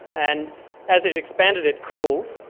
and as it expanded, it cooled,